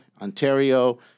Ontario